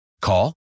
Call